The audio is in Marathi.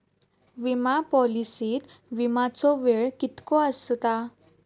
विमा पॉलिसीत विमाचो वेळ कीतको आसता?